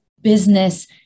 business